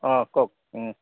অঁ কওক